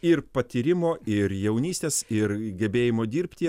ir patyrimo ir jaunystės ir gebėjimo dirbti